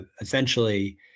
essentially